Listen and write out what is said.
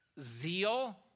zeal